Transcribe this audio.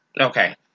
Okay